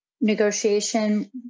negotiation